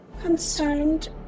concerned